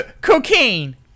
Cocaine